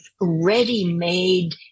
ready-made